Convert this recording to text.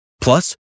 Plus